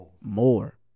more